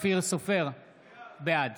בעד